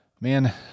Man